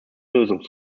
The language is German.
lösung